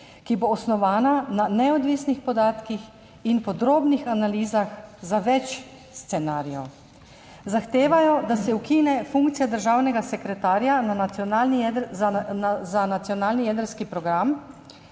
ki bo osnovana na neodvisnih podatkih in podrobnih analizah za več scenarijev. zahtevajo, da se ukine funkcija državnega sekretarja za nacionalni jedrski program,